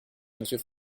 monsieur